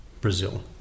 Brazil